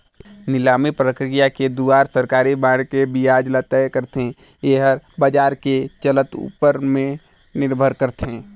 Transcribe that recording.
निलामी प्रकिया के दुवारा सरकारी बांड के बियाज ल तय करथे, येहर बाजार के चलत ऊपर में निरभर करथे